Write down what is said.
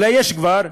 ואולי כבר יש,